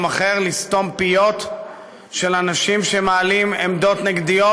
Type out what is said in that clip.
אחר לסתום פיות של אנשים שמעלים עמדות נגדיות,